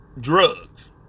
drugs